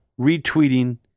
retweeting